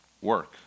work